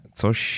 coś